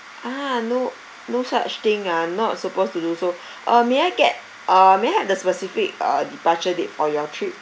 ah no no such thing ah not supposed to do so uh may I get um may I had the specific uh departure date for your trip